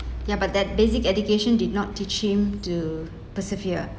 ya but that basic education did not teach him to persevere